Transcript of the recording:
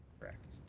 correct.